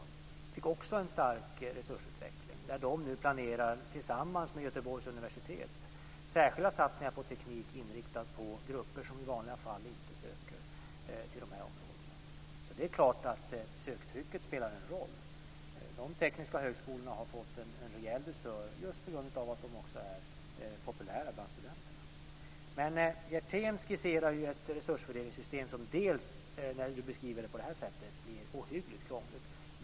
Den fick också en stark resursutveckling. Man planerar nu tillsammans med Göteborgs universitet särskilda satsningar på teknik inriktade på grupper som i vanliga fall inte söker till de här områdena. Det är klart att söktrycket spelar en roll. De tekniska högskolorna har fått en rejäl dusör, just på grund av att de också är populära bland studenterna. Hjertén skisserar ett fördelningssystem som, när han beskriver det på det här sättet, blir ohyggligt krångligt.